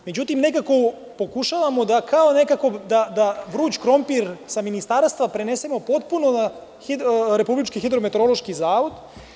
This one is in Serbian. Međutim, nekako pokušavamo kao da vruć krompir sa ministarstva prenesemo potpuno na Republički hidrometeorološki zavod.